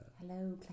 Hello